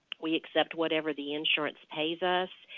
we accept whatever the insurance pays us.